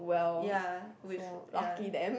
yeh with ya